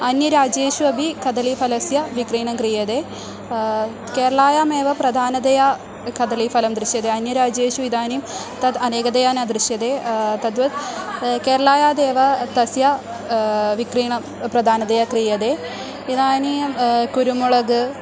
अन्यराज्येषु अपि कदलीफलस्य विक्रयणं क्रियते केरलायामेव प्रधानतया कदलीफलं दृश्यते अन्यराज्येषु इदानीं तद् अनेकतया न दृश्यदे तद्वत् केरळायादेव तस्य विक्रियणं प्रधानतया कियते इदानीं कुरुमोळग्